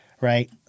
Right